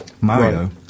Mario